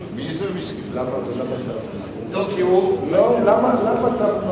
לא, למה אתה,